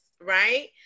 right